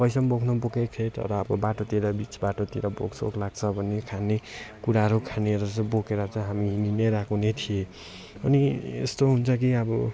पैसा पनि बोक्नु बोकेको थिएँ तर अब बाटोतिर बिच बाटोतिर भोक सोक लाग्छ भन्ने खानेकुराहरू खानेहरू जस्तै बोकेर चाहिँ हामी हिँडी नै रहेको नै थिएँ अनि यस्तो हुन्छ कि अब